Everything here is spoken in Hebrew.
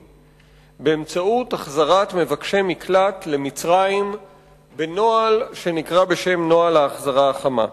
באמצעות החזרת מבקשי מקלט למצרים בנוהל שנקרא בשם "נוהל ההחזרה החמה".